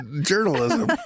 journalism